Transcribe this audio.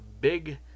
big